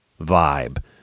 vibe